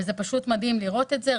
וזה פשוט מדהים לראות את זה.